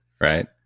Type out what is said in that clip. Right